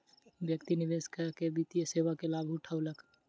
व्यक्ति निवेश कअ के वित्तीय सेवा के लाभ उठौलक